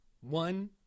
One